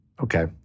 Okay